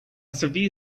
severe